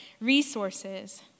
resources